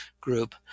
Group